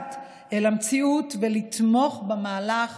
מבט אל המציאות ולתמוך במהלך